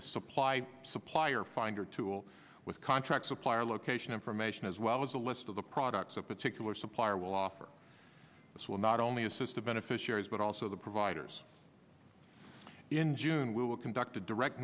a supply supplier finder tool with contract supplier location information as well as a list of the products a particular supplier will offer this will not only assist the beneficiaries but also the providers in june we will conduct a direct